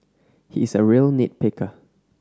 he is a real nit picker